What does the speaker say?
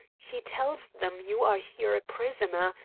he tells them you are here a prisoner,